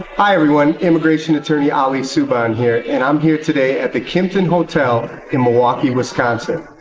hi everyone. immigration attorney ah ili subhan here and i'm here today at the kimpton hotel in milwaukee wisconsin.